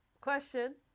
Question